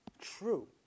true